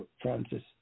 Francis